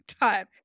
time